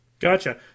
Gotcha